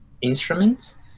instruments